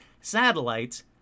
satellites